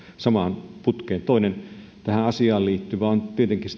samaan putkeen toinen tähän asiaan liittyvä on tietenkin